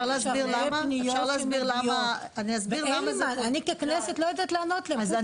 שיש הרבה פניות ואני ככנסת לא יודעת לענות להם --- אפשר להסביר למה?